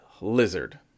lizard